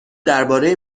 درباره